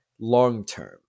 long-term